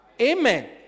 Amen